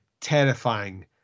terrifying